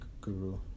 guru